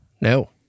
No